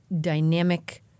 dynamic